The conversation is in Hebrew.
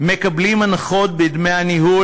מקבלים הנחות בדמי הניהול,